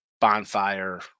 bonfire